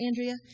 Andrea